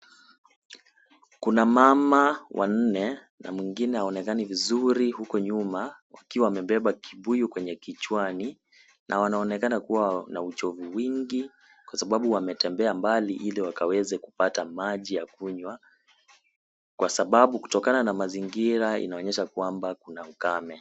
Kuna mama wanne na mwingine haonekani vizuri huko nyuma, wakiwa wamebeba kibuyu kwenye kichwani na wanaonekana kuwa na uchovu wingi, kwa sababu wametembea mbali ili wakaweze kupata maji ya kunywa, kwa sababu kutokana na mazingira, inaonyesha kwamba kuna ukame.